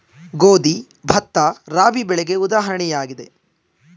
ಗೋಧಿ, ಭತ್ತ, ರಾಬಿ ಬೆಳೆಗೆ ಉದಾಹರಣೆಯಾಗಿದೆ